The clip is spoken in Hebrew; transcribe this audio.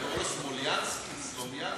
הוא קורא לו סמולינסקי, שמאלינסקי.